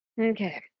Okay